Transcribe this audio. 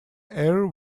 air